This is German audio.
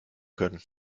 können